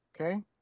Okay